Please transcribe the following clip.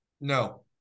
No